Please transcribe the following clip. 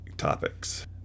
topics